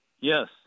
Yes